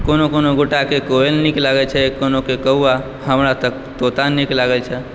कोनो कोनो गोटाके कोयल नीक लगैत छै कोनोके कौआ हमरा तऽ तोता नीक लागैत छै